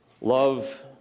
Love